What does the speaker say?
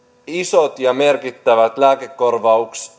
isot ja merkittävät lääkekorvausten